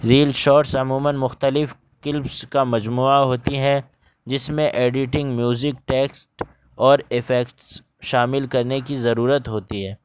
rail shorts عموماً مختلف clips کا مجموعہ ہوتی ہیں جس میں ایڈیٹنگ میوزک ٹیکسٹ اور ایفیکٹس شامل کرنے کی ضرورت ہوتی ہے